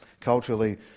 Culturally